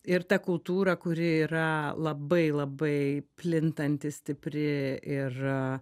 ir ta kultūra kuri yra labai labai plintanti stipri ir